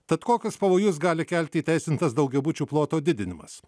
tad kokius pavojus gali kelti įteisintas daugiabučių ploto didinimas